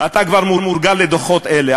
אתה כבר מורגל לדוחות אלה.